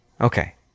Okay